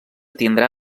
tindrà